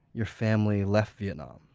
your family left vietnam,